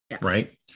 right